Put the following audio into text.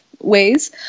ways